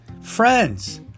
friends